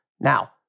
Now